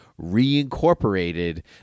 reincorporated